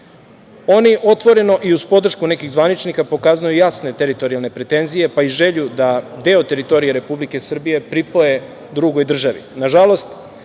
Oni otvoreno i uz podršku nekih zvaničnika pokazuju jasne teritorijalne pretenzije, pa i želju da deo teritorije Republike Srbije pripoje drugoj državi.